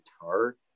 guitar